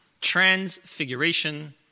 Transfiguration